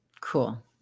Cool